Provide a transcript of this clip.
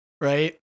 right